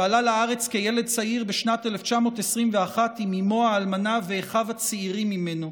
שעלה לארץ כילד צעיר בשנת 1921 עם אימו האלמנה ואחיו הצעירים ממנו,